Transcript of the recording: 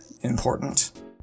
important